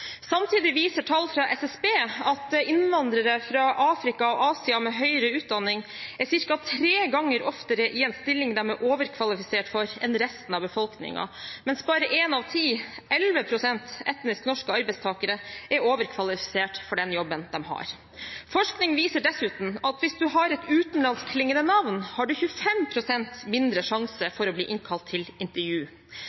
Samtidig viser tall fra SSB at innvandrere fra Afrika og Asia med høyere utdanning er ca. tre ganger oftere i en stilling de er overkvalifisert for, enn resten av befolkningen, mens bare én av ti, 11 pst., etnisk norske arbeidstakere er overkvalifisert for den jobben de har. Forskning viser dessuten at hvis du har et utenlandskklingende navn, har du 25 pst. mindre sjanse for å bli innkalt til intervju.